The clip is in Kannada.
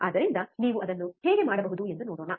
ಆದ್ದರಿಂದ ನೀವು ಅದನ್ನು ಹೇಗೆ ಮಾಡಬಹುದು ಎಂದು ನೋಡೋಣ